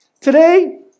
Today